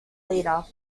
leader